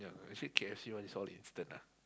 yeah actually K_F_C all this all instant ah